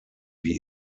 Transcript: wie